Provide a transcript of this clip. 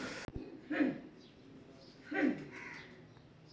सतही पानीर वाष्पीकरण जल्दी हय जा छे